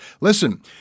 Listen